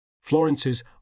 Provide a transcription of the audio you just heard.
Florence's